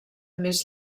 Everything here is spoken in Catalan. més